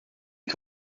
que